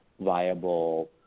viable